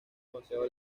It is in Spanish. consejo